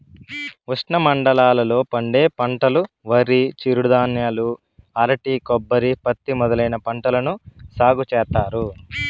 ఉష్ణమండలాల లో పండే పంటలువరి, చిరుధాన్యాలు, అరటి, కొబ్బరి, పత్తి మొదలైన పంటలను సాగు చేత్తారు